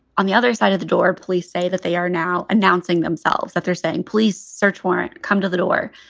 on the other side of the door, police say that they are now announcing themselves, that they're saying police search warrant come to the door.